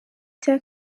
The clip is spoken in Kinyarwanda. cya